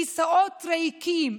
כיסאות ריקים.